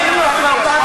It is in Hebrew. חבר הכנסת